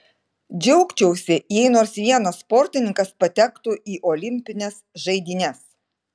džiaugčiausi jei nors vienas sportininkas patektų į olimpines žaidynes